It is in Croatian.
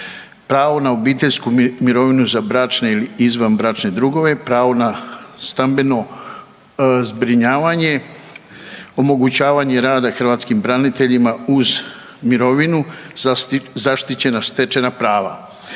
pravo na obiteljsku mirovinu za bračne ili izvanbračne drugove, pravo na stambeno zbrinjavanje, omogućavanje rada hrvatskim braniteljima uz mirovinu, zaštićena stečena prava.